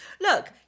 look